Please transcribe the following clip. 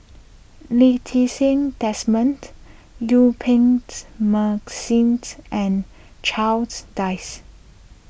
Lee Ti Seng Desmond Yuen Peng's mark since and Charles Dyce